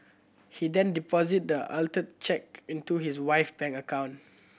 he then deposited the altered cheque into his wife bank account